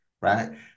right